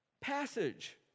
passage